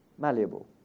malleable